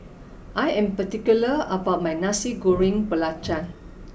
I am particular about my Nasi Goreng Belacan